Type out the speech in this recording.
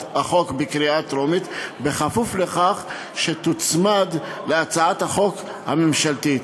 החוק בקריאה הטרומית בכפוף לכך שתוצמד להצעת החוק הממשלתית.